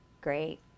Great